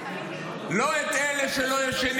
לא את אלה שלא ישנים